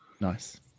Nice